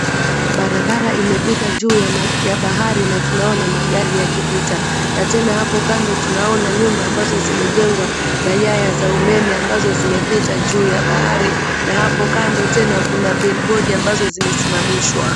Barabara imepita juu ya bahari na tunaona magari yakipita, na tena hapo kando tunaona nyumba ambazo zimejengwa na nyaya za umeme ambazo zimepita juu ya bahari na hapo kando tena kuna bilbodi ambazo zimesimamishwa.